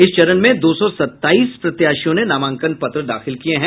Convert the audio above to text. इस चरण में दो सौ सत्ताईस प्रत्याशियों ने नामांकन पत्र दाखिल किये हैं